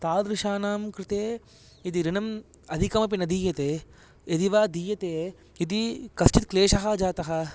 तादृशानां कृते यदि ऋणम् अधिकम् अपि न दीयते यदि वा दीयते यदि कश्चित् क्लेशः जातः